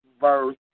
verse